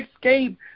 escape